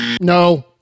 no